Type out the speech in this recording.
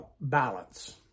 balance